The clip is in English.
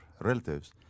relatives